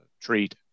treat